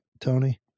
Tony